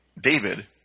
David